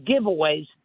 giveaways